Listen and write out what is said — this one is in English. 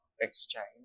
exchange